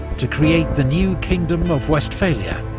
to create the new kingdom of westphalia,